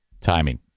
Timing